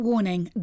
Warning